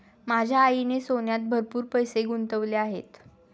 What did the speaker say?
माझ्या आईने सोन्यात भरपूर पैसे गुंतवले आहेत